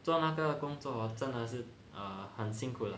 做那个工作 hor 真的是 err 很辛苦了